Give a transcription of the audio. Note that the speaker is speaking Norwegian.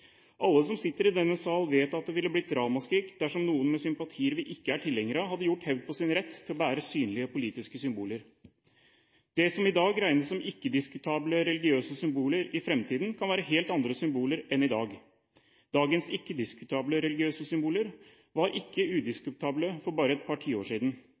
Alle som sitter i denne sal, vet at det ville blitt ramaskrik dersom noen med sympatier vi ikke er tilhengere av, hadde gjort hevd på sin rett til å bære synlige politiske symboler. Det som i dag regnes som ikke-diskutable religiøse symboler i fremtiden, kan være helt andre symboler enn i dag. Dagens ikke-diskutable religiøse symboler var ikke udiskutable for bare et par tiår siden.